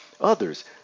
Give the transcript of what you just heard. others